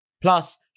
Plus